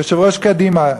יושב-ראש קדימה,